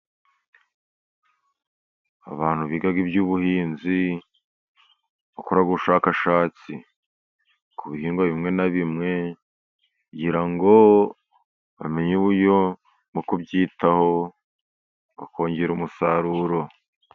Abantu biga iby'ubuhinzi, bakora ubushakashatsi ku bihingwa bimwe na bimwe, kugira ngo bamenye uburyo mu kubyitaho, bakongera umusaruro.